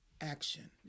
action